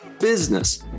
business